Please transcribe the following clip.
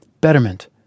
betterment